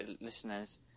listeners